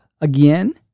again